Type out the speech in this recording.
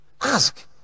ask